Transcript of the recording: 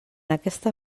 aquesta